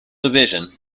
division